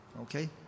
okay